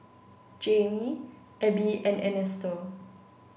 Jayme Ebbie and Ernesto